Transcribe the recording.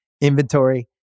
inventory